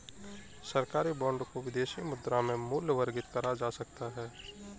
सरकारी बॉन्ड को विदेशी मुद्रा में मूल्यवर्गित करा जा सकता है